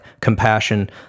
compassion